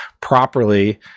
properly